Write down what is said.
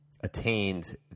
attained